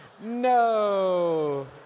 No